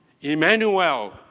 Emmanuel